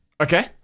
Okay